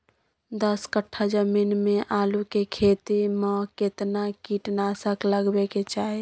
दस कट्ठा जमीन में आलू के खेती म केतना कीट नासक लगबै के चाही?